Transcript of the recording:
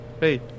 Hey